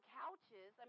couches